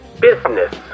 Business